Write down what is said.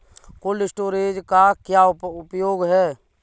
Cold storage का क्या उपयोग है?